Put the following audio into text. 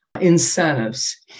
incentives